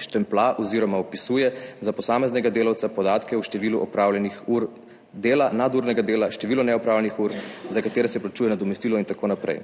štemplja oziroma vpisuje za posameznega delavca podatke o številu opravljenih ur dela, nadurnega dela, število neopravljenih ur, za katere se plačuje nadomestilo in tako naprej.